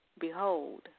behold